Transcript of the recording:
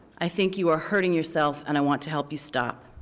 i think you are hurting yourself and i want to help you stop.